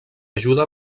ajuda